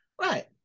right